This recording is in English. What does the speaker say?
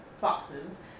boxes